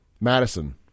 Madison